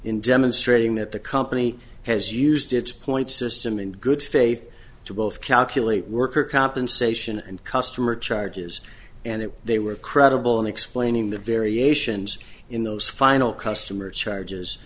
in demonstrating that the company has used its point system in good faith to both calculate worker compensation and customer charges and if they were credible in explaining the variations in those final customer charges